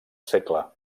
segle